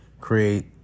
create